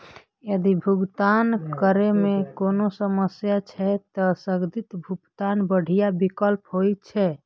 यदि भुगतान करै मे कोनो समस्या छै, ते स्थगित भुगतान बढ़िया विकल्प होइ छै